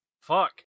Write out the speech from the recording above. Fuck